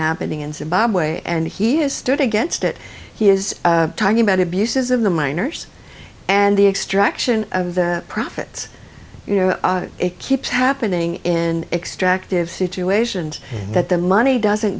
happening in zimbabwe and he has stood against it he is talking about abuses of the miners and the extraction of the profits you know it keeps happening in extractive situation and that the money doesn't